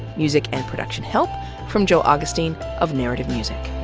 music and production help from joe augustine of narrative music.